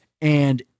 and-